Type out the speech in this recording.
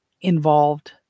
involved